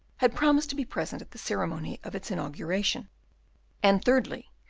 had promised to be present at the ceremony of its inauguration and, thirdly,